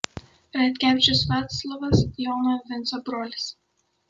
radkevičius vaclovas jono vinco brolis